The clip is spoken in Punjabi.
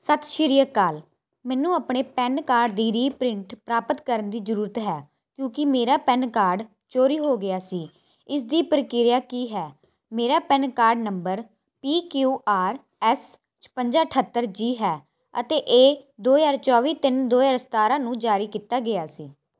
ਸਤਿ ਸ੍ਰੀ ਅਕਾਲ ਮੈਨੂੰ ਆਪਣੇ ਪੈਨ ਕਾਰਡ ਦੀ ਰੀਪ੍ਰਿੰਟ ਪ੍ਰਾਪਤ ਕਰਨ ਦੀ ਜ਼ਰੂਰਤ ਹੈ ਕਿਉਂਕਿ ਮੇਰਾ ਪੈਨ ਕਾਰਡ ਚੋਰੀ ਹੋ ਗਿਆ ਸੀ ਇਸ ਦੀ ਪ੍ਰਕਿਰਿਆ ਕੀ ਹੈ ਮੇਰਾ PAN card number P Q R S ਛਪੰਜਾ ਅਠੱਤਰ ਜੀ ਹੈ ਅਤੇ ਇਹ ਦੋ ਹਜ਼ਾਰ ਚੋਵੀ ਤਿੰਨ ਦੋ ਹਜ਼ਾਰ ਸਤਾਰਾਂ ਨੂੰ ਜਾਰੀ ਕੀਤਾ ਗਿਆ ਸੀ